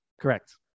Correct